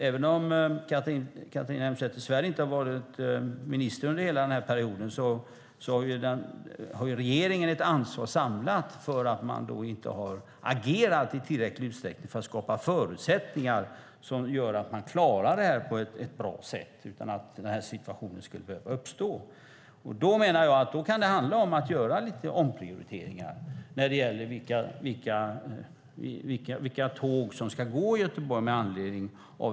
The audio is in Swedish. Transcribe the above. Även om Catharina Elmsäter-Svärd inte har varit minister under hela perioden har regeringen ändå ett samlat ansvar för att man inte i tillräcklig omfattning har agerat för att skapa förutsättningar för att klara detta på ett bra sätt, så att situationer som den vi har nu inte ska behöva uppstå. Med anledning av den uppkomna situationen kan man behöva göra lite omprioriteringar när det gäller vilka tåg som ska gå i Göteborg.